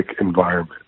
environment